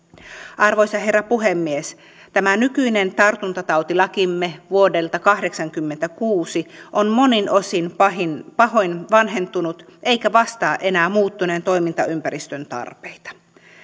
arvoisa herra puhemies tämä nykyinen tartuntatautilakimme vuodelta kahdeksankymmentäkuusi on monin osin pahoin vanhentunut eikä vastaa enää muuttuneen toimintaympäristön tarpeita